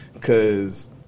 Cause